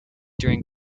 during